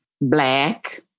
black